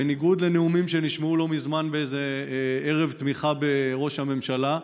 בניגוד לנאומים שנשמעו לא מזמן באיזה ערב תמיכה בראש הממשלה,